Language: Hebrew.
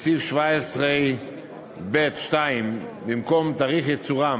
בסעיף 17ב(2), במקום "תאריך ייצורם